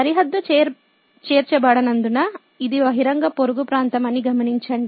సరిహద్దు చేర్చబడనందున ఇది బహిరంగ పొరుగు ప్రాంతం అని గమనించండి